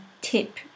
tip